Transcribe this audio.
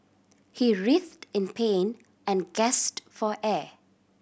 he writhed in pain and gasped for air